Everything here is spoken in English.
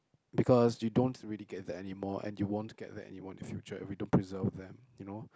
because we don't really get that anymore and you won't get that anymore in the future if you don't preserve them you know